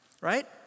right